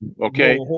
Okay